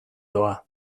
doa